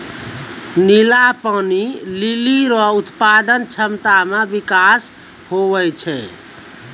नीला पानी लीली रो उत्पादन क्षमता मे बिकास होलो छै